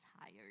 hired